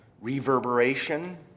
reverberation